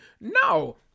No